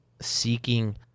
seeking